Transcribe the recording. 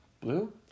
Blue